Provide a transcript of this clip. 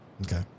Okay